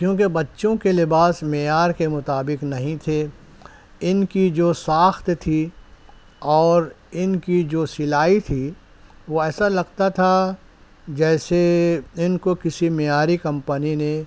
کیونکہ بچوں کے لباس معیار کے مطابق نہیں تھے ان کی جو ساخت تھی اور ان کی جو سلائی تھی وہ ایسا لگتا تھا جیسے ان کو کسی معیاری کمپنی نے